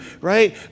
right